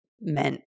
meant